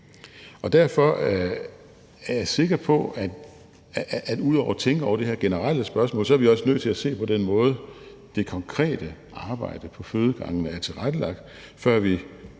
Derfor er jeg sikker på, at ud over at tænke over det her generelle spørgsmål er vi også nødt til at se på den måde, det konkrete arbejde på fødegangene er tilrettelagt på, før vi